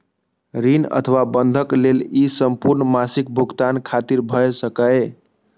ऋण अथवा बंधक लेल ई संपूर्ण मासिक भुगतान खातिर भए सकैए